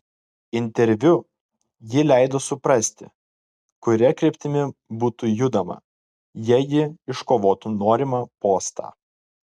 interviu ji leido suprasti kuria kryptimi būtų judama jei ji iškovotų norimą postą